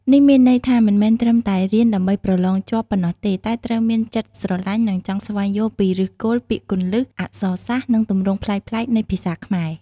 នេះមានន័យថា មិនមែនត្រឹមតែរៀនដើម្បីប្រឡងជាប់ប៉ុណ្ណោះទេ តែត្រូវមានចិត្តស្រឡាញ់ និងចង់ស្វែងយល់ពីឫសគល់ ពាក្យគន្លឹះ អក្សរសាស្ត្រ និងទម្រង់ប្លែកៗនៃភាសាខ្មែរ។